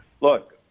look